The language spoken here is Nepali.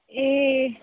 ए